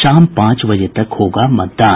शाम पांच बजे तक होगा मतदान